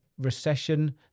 recession